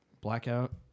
Blackout